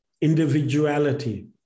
individuality